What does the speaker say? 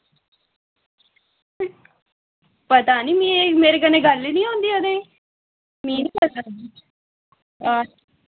पता नी में मेरे कन्नै गल्ल नी होंदी ओह्दी मि नी पता हां